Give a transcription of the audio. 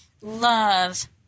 love